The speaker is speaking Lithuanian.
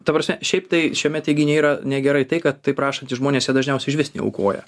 ta prasme šiaip tai šiame teiginyje yra negerai tai kad taip rašantys žmonės jie dažniausiai išvis neaukoja